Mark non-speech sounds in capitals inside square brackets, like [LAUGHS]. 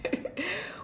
[LAUGHS]